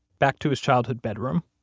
back to his childhood bedroom,